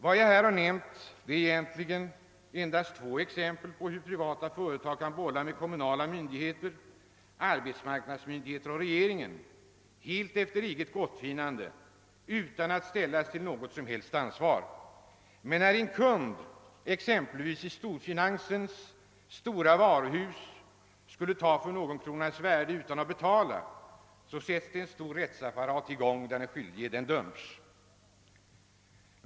Vad jag här nämnt är endast två exempel på hur privata företag helt efter eget gottfinnande och utan att ställas till ansvar kan bolla med kommunala myndigheter, arbetsmarknadsmyndigheterna och regeringen. Men när en kund i exempelvis storfinansens varuhus tar en vara för någon kronas värde utan att betala för den, så sättes en stor rättsapparat i gång och den skyldige dömes.